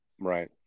right